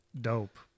dope